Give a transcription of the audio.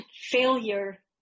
failure